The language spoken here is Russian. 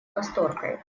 касторкой